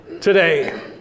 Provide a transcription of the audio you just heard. today